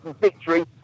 victory